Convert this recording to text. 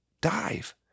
dive